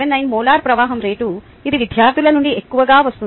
79 molar ప్రవాహం rate ఇది విద్యార్థుల నుండి ఎక్కువగా వస్తుంది